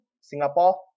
singapore